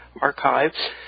archives